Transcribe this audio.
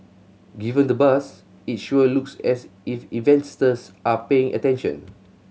given the buzz it sure looks as if investors are paying attention